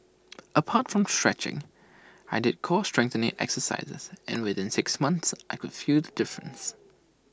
apart from stretching I did core strengthening exercises and within six months I could feel the difference